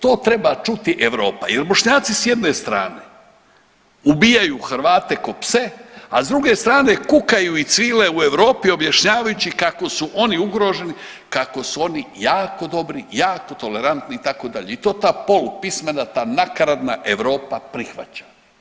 To treba čuti Europa jer Bošnjaci s jedne strane ubijaju Hrvate kao pse, a s druge strane kukaju i cvile u Europi objašnjavajući kako su oni ugroženi, kako su oni jako dobri, jako tolerantni itd. i to ta polupismena ta nakaradna Europa prihvaća.